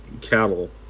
cattle